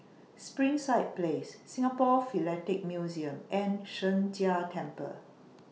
Springside Place Singapore Philatelic Museum and Sheng Jia Temple